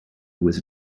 was